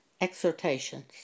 Exhortations